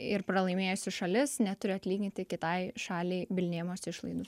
ir pralaimėjusi šalis neturi atlyginti kitai šaliai bylinėjimosi išlaidų